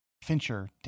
Fincher